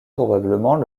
probablement